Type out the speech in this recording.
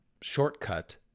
shortcut